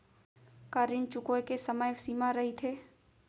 का ऋण चुकोय के समय सीमा रहिथे?